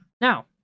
Now